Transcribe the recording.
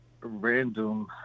random